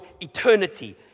eternity